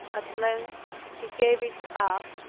at length he gave it up,